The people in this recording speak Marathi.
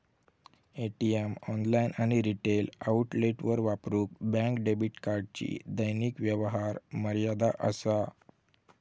ए.टी.एम, ऑनलाइन आणि रिटेल आउटलेटवर वापरूक बँक डेबिट कार्डची दैनिक व्यवहार मर्यादा असा